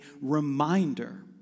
reminder